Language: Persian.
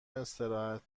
استراحت